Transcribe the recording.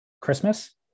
Christmas